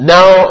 Now